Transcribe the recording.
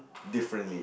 differently